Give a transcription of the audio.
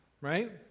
right